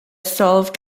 solved